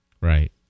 Right